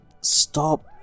stop